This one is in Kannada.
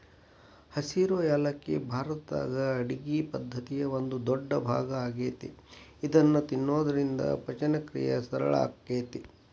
ಹಸಿರು ಯಾಲಕ್ಕಿ ಭಾರತದ ಅಡುಗಿ ಪದ್ದತಿಯ ಒಂದ ದೊಡ್ಡಭಾಗ ಆಗೇತಿ ಇದನ್ನ ತಿನ್ನೋದ್ರಿಂದ ಪಚನಕ್ರಿಯೆ ಸರಳ ಆಕ್ಕೆತಿ